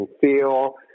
feel